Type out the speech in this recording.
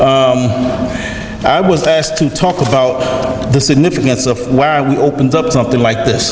women i was asked to talk about the significance of where we opened up something like this